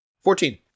fourteen